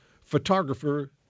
photographer